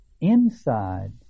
Inside